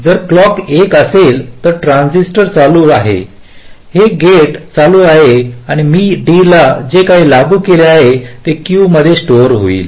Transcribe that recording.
जर क्लॉक 1 असेल तर हे ट्रान्झिस्टर चालू आहे हे गेट चालू आहे आणि मी D ला जे काही लागू केले आहे ते Q मध्ये स्टोर होईल